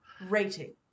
Rating